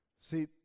See